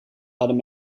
hadden